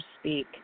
speak